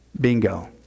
Bingo